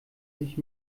sich